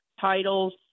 titles